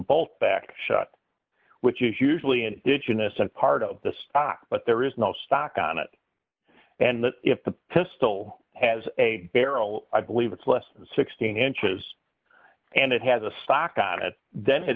bolt back shot which is usually an itch innocent part of the stock but there is no stock on it and if the pistol has a barrel i believe it's less than sixteen inches and it has a stock on it then it